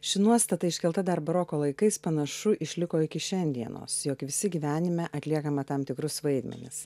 ši nuostata iškelta dar baroko laikais panašu išliko iki šiandienos jog visi gyvenime atliekame tam tikrus vaidmenis